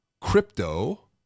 crypto